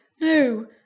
No